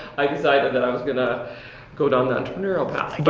i decided that i was gonna go down the entrepreneurial path.